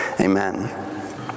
Amen